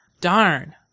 Darn